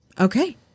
okay